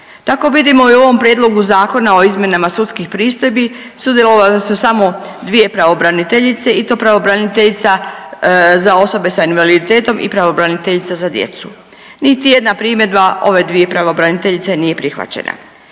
Tako vidimo i u ovom Prijedlogu zakona o izmjenama sudskih pristojbi sudjelovale su samo dvije pravobraniteljice i to pravobraniteljica za osobe sa invaliditetom i pravobraniteljica za djecu. Niti jedna primjedba ove dvije pravobraniteljice nije prihvaćena.